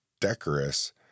decorous